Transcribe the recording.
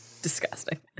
Disgusting